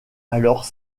alors